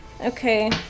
Okay